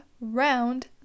Round